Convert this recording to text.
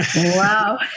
Wow